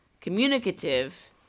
communicative